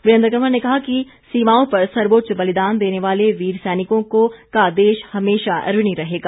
वीरेंद्र कंवर ने कहा कि सीमाओं पर सर्वोच्च बलिदान देने वाले वीर सैनिकों का देश हमेशा ऋणी रहेगा